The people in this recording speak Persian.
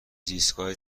زیستگاه